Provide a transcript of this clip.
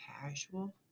casual